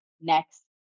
next